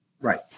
Right